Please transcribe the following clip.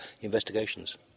investigations